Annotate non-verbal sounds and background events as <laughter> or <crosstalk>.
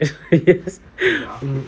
<laughs> mm